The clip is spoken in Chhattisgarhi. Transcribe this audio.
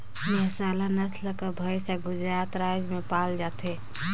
मेहसाला नसल कर भंइस हर गुजरात राएज में पाल जाथे